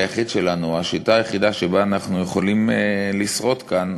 זהו בעצם החוק עם המשמעות הדמוקרטית הישירה הנוגעת לגברת כהן